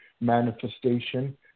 manifestation